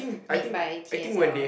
made by T S L